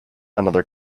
another